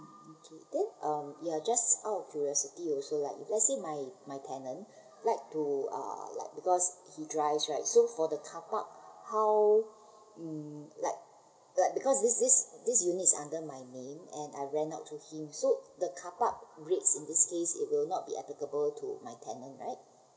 um um okay then um just out of curiosity also lah let's say my my tenant like to uh like because he drives right so for the car park how um like like because this this unit is under my name and I rent out to him so the car park rates in this case it will not be applicable to my tenant right